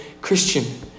Christian